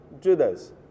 Judas